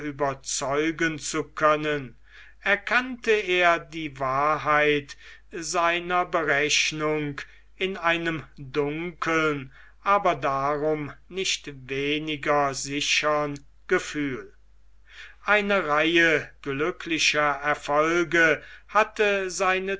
überzeugen zu können erkannte er die wahrheit seiner berechnung in einem dunkeln aber darum nicht weniger sichern gefühl eine reihe glücklicher erfolge hatte seine